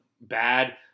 bad